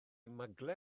maglau